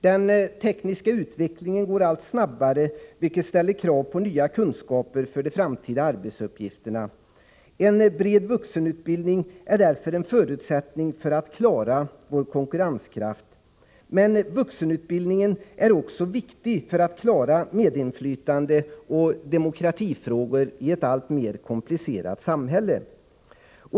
Den tekniska utvecklingen går allt snabbare, vilket ställer krav på nya kunskaper för de framtida arbetsuppgifterna. En bred vuxenutbildning är därför en förutsättning för att vi skall kunna behålla vår konkurrenskraft. Men vuxenutbildningen är också viktig för att vi skall kunna klara medinflytande och demokratifrågor i ett alltmer komplicerat samhälle.